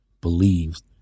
believes